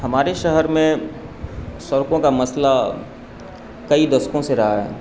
ہمارے شہر میں سڑکوں کا مسئلہ کئی دشکوں سے رہا ہے